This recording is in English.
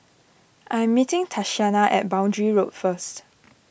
I am meeting Tatiana at Boundary Road first